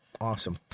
Awesome